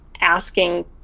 asking